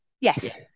Yes